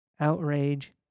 outrage